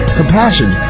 compassion